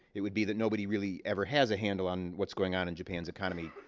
it would be that nobody really ever has a handle on what's going on in japan's economy,